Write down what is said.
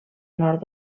nord